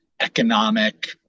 economic